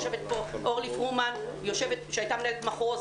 יושבת פה אורלי פרומן שהיתה מנהלת מחוז.